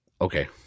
Okay